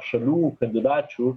šalių kandidačių